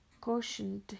cautioned